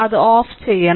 അത് ഓഫ് ചെയ്യണം